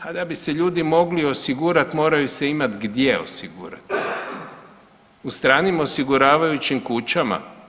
Pa da bi se ljudi mogli osigurat moraju se imat gdje osigurat, u stranim osiguravajućim kućama?